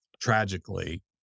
tragically